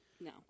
No